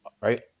right